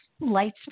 lights